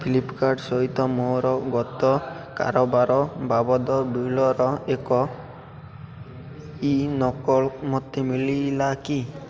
ଫ୍ଲିପ୍କାର୍ଟ୍ ସହିତ ମୋର ଗତ କାରବାର ବାବଦ ବିଲର ଏକ ଇ ନକଲ୍ ମୋତେ ମିଳିଲା କି